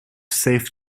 saved